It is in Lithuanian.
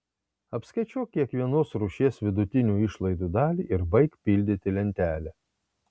apskaičiuok kiekvienos rūšies vidutinių išlaidų dalį ir baik pildyti lentelę